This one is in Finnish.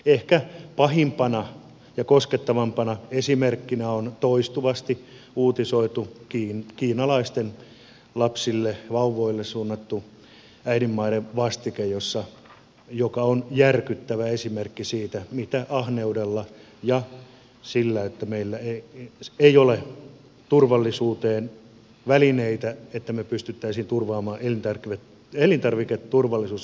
ehkä pahimpana ja koskettavimpana esimerkkinä on toistuvasti uutisoitu kiinalaisten lapsille vauvoille suunnattu äidinmaidonvastike joka on järkyttävä esimerkki ahneudesta ja siitä että ei ole välineitä joilla pystyttäisiin turvaamaan elintarviketurvallisuus